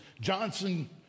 Johnson